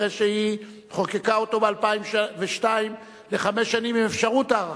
אחרי שהיא חוקקה אותו ב-2002 לחמש שנים עם אפשרות הארכה.